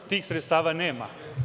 Tih sredstava nema.